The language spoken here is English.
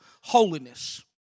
holiness